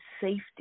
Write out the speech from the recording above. safety